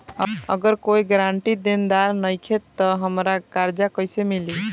अगर कोई गारंटी देनदार नईखे त हमरा कर्जा कैसे मिली?